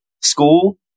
school